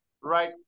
right